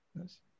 Yes